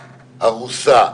הרוסה,